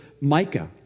Micah